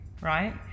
right